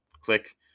click